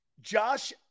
Josh